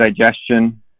digestion